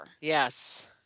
Yes